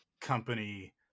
company –